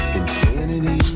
infinity